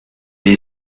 est